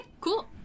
cool